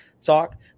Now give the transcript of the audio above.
talk